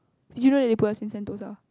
did you know that they put us in Sentosa